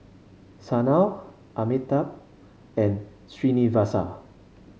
Sanal Amitabh and Srinivasa